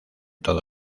todo